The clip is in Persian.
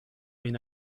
این